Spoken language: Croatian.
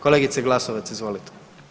Kolegice Glasovac, izvolite.